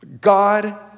God